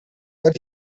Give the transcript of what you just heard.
but